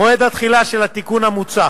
מועד התחילה של התיקון המוצע